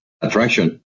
attraction